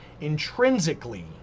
intrinsically